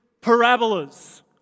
parabolas